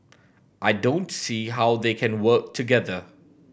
I don't see how they can work together